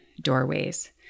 doorways